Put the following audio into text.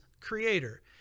creator